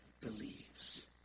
believes